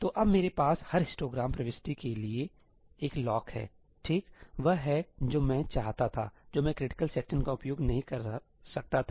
तो अब मेरे पास हर हिस्टोग्राम प्रविष्टि के लिए एक लॉक है ठीक वह है जो मैं चाहता था जो मैं क्रिटिकल सेक्शन का उपयोग नहीं कर सकता था